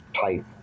type